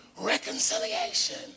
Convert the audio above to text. reconciliation